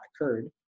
occurred